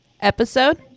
Episode